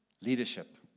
leadership